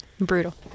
brutal